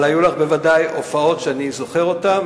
אבל היו לך בוודאי הופעות שאני זוכר אותן,